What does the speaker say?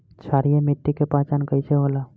क्षारीय मिट्टी के पहचान कईसे होला?